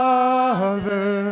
Father